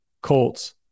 Colts